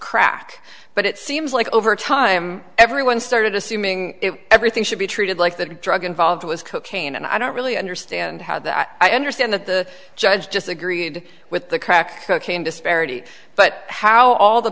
crack but it seems like over time everyone started assuming everything should be treated like the drug involved was cocaine and i don't really understand how that i understand that the judge just agreed with the crack cocaine disparity but how all the